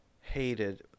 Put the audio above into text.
hated